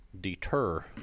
deter